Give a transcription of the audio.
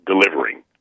delivering